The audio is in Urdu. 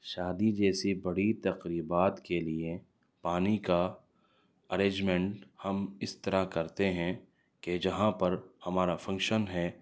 شادی جیسی بڑی تقریبات کے لیے پانی کا ارینجمنٹ ہم اس طرح کرتے ہیں کہ جہاں پر ہمارا فنکشن ہے